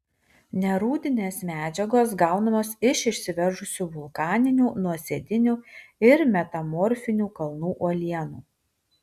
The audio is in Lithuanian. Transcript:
nerūdinės medžiagos gaunamos iš išsiveržusių vulkaninių nuosėdinių ir metamorfinių kalnų uolienų